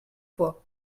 fois